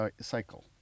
cycle